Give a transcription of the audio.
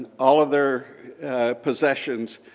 all of their possessions,